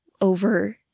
over